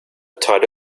tied